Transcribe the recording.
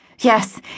Yes